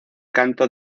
canto